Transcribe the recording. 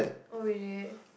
oh really